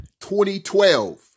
2012